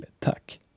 Tack